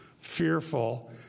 fearful